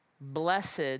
Blessed